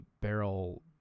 barrel